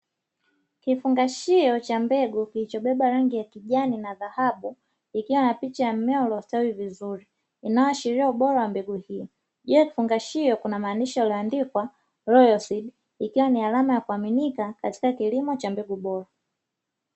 Kifungashio cha mbegu kilichobeba rangi ya kijani na dhahabu, kikiwa na picha ya mmea uliostawi vizuri, inayoashiria ubora wa mbegu hiyo. Juu ya kifungashio kuna maandishi yaliyoandikwa “Royalseed”, ikiwa ni alama ya kuaminika katika kilimo cha mbegu bora.